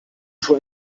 für